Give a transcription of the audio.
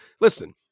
listen